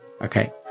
Okay